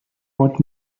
what